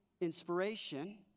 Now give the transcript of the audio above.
inspiration